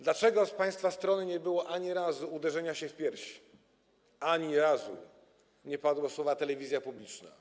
Dlaczego z państwa strony nie było ani razu uderzenia się w piersi, ani razu nie padły słowa: telewizja publiczna?